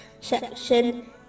section